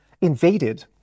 invaded